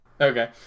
Okay